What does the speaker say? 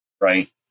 right